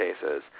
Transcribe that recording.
cases